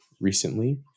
recently